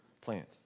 plant